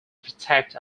protect